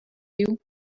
you